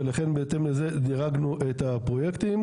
ולכן בהתאם לזה דירגנו את הפרויקטים.